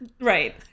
Right